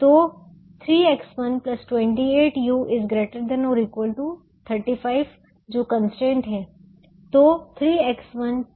तो 3X128u ≥ 35 जो constraint है